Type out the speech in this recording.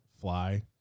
fly